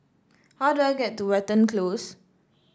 how do I get to Watten Close